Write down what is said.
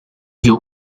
you